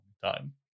time